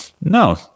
No